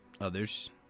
Others